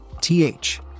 TH